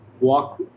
walk